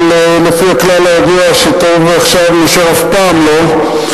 אבל לפי הכלל הידוע שטוב עכשיו מאשר אף פעם לא,